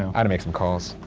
i gotta make some calls.